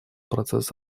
процесс